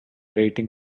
rating